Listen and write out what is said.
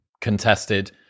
contested